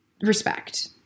respect